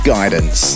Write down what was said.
Guidance